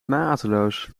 mateloos